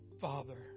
Father